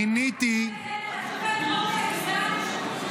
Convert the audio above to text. מיניתי ------ על השופט דרורי הגזען?